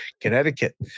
Connecticut